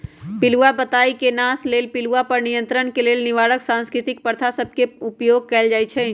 पिलूआ पताई के नाश लेल पिलुआ पर नियंत्रण के लेल निवारक सांस्कृतिक प्रथा सभ के उपयोग कएल जाइ छइ